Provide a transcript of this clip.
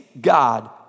God